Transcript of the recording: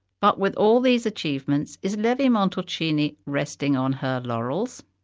but with all these achievements is levi-montalcini resting on her laurels?